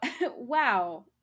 Wow